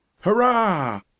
Hurrah